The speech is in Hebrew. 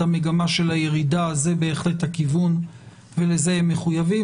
המגמה של הירידה זה בהחלט הכיוון ולזה הם מחויבים,